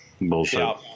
bullshit